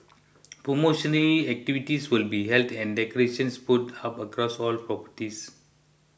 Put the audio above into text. promotional activities will be held and decorations put up across all properties